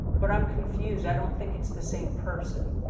but i'm confused. i don't think it's the same person.